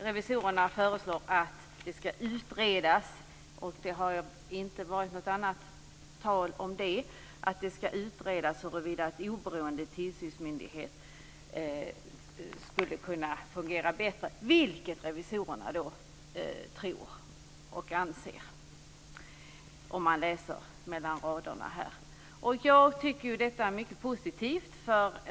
Revisorerna föreslår att det ska utredas - och det har inte varit något annat tal om det - huruvida en oberoende tillsynsmyndighet skulle kunna fungera bättre, vilket revisorerna anser, om man läser mellan raderna. Jag tycker att detta är mycket positivt.